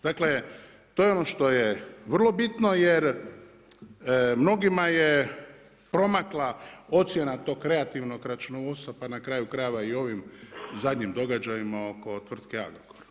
Dakle to je ono što je vrlo bitno jer mnogima je promakla ocjena tog kreativnog računovodstva pa na kraju krajeva i ovim zadnjim događajima oko tvrtke Agrokor.